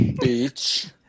Beach